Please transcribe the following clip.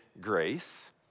grace